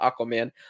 Aquaman